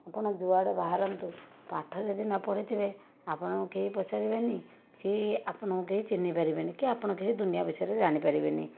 ଆପଣ ଯେଉଁଆଡ଼େ ବାହାରନ୍ତୁ ପାଠ ଯଦି ନପଢ଼ିଥିବେ ଆପଣଙ୍କୁ କେହି ପଚାରିବେ ନାହିଁ କି ଆପଣଙ୍କୁ କେହି ଚିହ୍ନି ପାରିବେନାହିଁ କି ଆପଣ କିଛି ଦୁନିଆ ବିଷୟରେ ଜାଣି ପାରିବେନାହିଁ